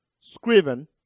Scriven